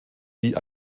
die